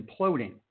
imploding